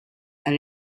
and